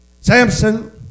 Samson